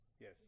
yes